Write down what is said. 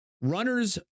runner's